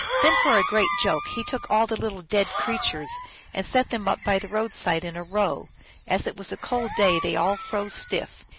then, for a great joke, he took all the little dead creatures and set them up by the road-side in a row as it was a cold day they all froze stiff,